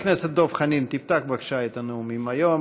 חבר הכנסת דב חנין, תפתח בבקשה את הנאומים היום.